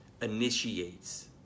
initiates